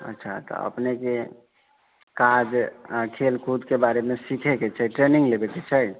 अच्छा तऽ अपनेके काज खेलकूदके बारेमे सीखैके छै ट्रेनिंग लेबैके छै